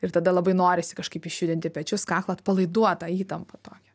ir tada labai norisi kažkaip išjudinti pečius kaklą atpalaiduot tą įtampą tokią